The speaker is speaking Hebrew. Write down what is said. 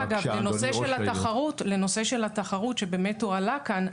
לנושא התחרות שהועלה כאן,